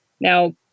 Now